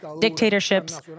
dictatorships